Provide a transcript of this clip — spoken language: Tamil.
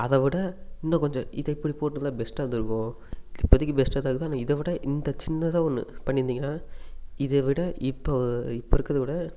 அதை விட இன்னும் கொஞ்சம் இதை இப்படி போட்டிருந்தா ஃபெஸ்ட்டாக இருந்துருக்கும் இது இப்பத்திக்கி பெஸ்ட்டாக தான் இருக்குது ஆனால் இதை விட இந்த சின்னதாக ஒன்று பண்ணிருந்திங்கனால் இதைவிட இப்போ இப்போ இருக்கறதை விட